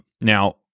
Now